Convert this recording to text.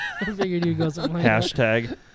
Hashtag